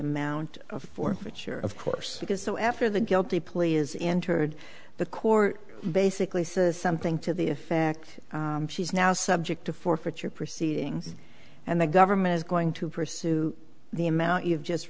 amount of forfeiture of course because so after the guilty plea is entered the court basically says something to the effect she's now subject to forfeit your proceedings and the government is going to pursue the amount you've just